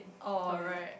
oh right